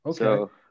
Okay